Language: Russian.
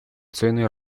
цены